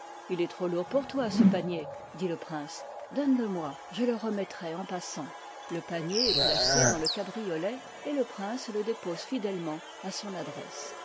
il est trop lourd poiir toi ce panier dit le prince donne le moi je le remettrai en passant le panier est placé dans le cabriolet et le prince le dépose fidèlement à son adresse